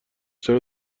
چرا